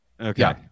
Okay